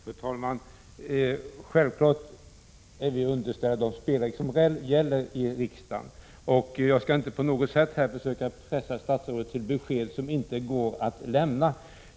Fru talman! Självfallet är vi underställda de spelregler som gäller i riksdagen, och jag skall inte försöka pressa statsrådet till besked som inte går att lämna.